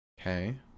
Okay